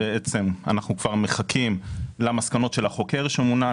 אנחנו כבר מחכים למסקנות של החוקר שמונה.